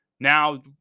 Now